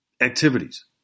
activities